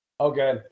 Okay